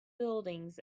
buildings